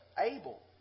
Abel